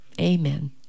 Amen